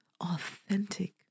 authentic